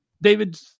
David